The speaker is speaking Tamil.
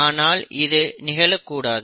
ஆனால் இது நிகழக் கூடாது